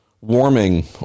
warming